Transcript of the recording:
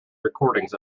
recordings